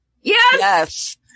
Yes